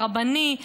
הרבני.